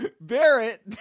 Barrett